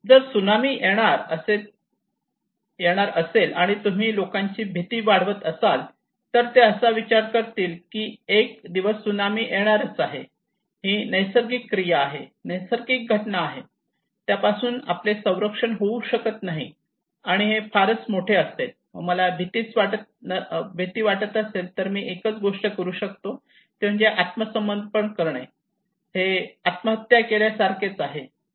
जर सुनामी येणार असे आणि तुम्ही लोकांची भीती वाढवत असाल तर ते असा विचार करतील की एक दिवस सुनामी येणारच आहे ही नैसर्गिक क्रिया आहे नैसर्गिक घटना आहे त्यापासून आपले संरक्षण होऊ शकत नाही आणि हे फारच मोठे असेल व मला फारच भीती वाटत असेल तर मी एकच गोष्ट करू शकतो ती म्हणजे आत्मसमर्पण म्हणजेच हे आत्महत्या केल्यासारखेच आहे